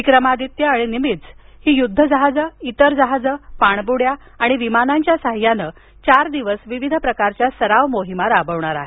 विक्रमादित्य आणि निमित्झ ही युद्धजहाजं इतर जहाजं पाणबुड्या आणि विमानांच्या साह्यानं चार दिवस विविध प्रकारच्या सराव मोहिमा राबवणार आहे